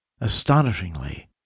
Astonishingly